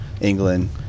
England